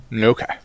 okay